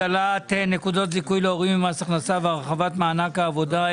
הצעת חוק הגדלת נקודות זיכוי להורים במס הכנסה והרחבת מענק עבודה,